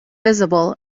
visible